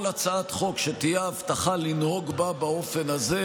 כל הצעת חוק שתהיה ההבטחה לנהוג בה באופן הזה,